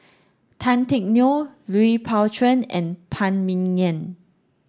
Tan Teck Neo Lui Pao Chuen and Phan Ming Yen